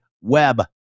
web